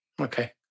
Okay